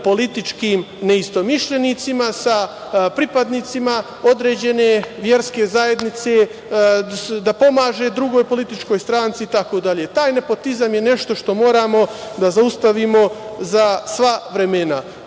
neistomišljenicima, sa pripadnicima određene verske zajednice, da pomaže drugoj političkoj stranci itd. Taj nepotizam je nešto što moramo da zaustavimo za sva vremena.